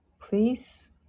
please